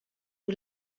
who